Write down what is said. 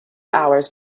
hours